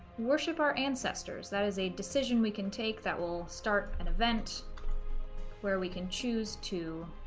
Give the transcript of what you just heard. worship our ancestors that is a decision we can take that will start an event where we can choose to